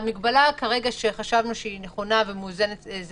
המגבלה שחשבנו שהיא נכונה ומאוזנת היא